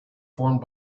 formed